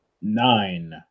Nine